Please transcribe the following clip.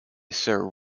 sir